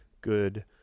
good